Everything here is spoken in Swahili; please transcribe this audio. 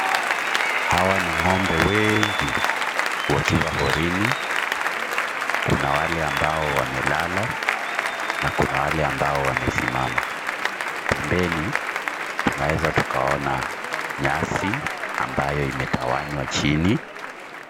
Hawa ni ng'ombe wengi wakiwa horini. Kuna wale ambao wamelala na kuna wale ambao wamesimama. Pembeni, tunaweza tukaona nyasi ambayo imetawanywa chini.